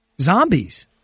zombies